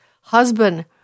husband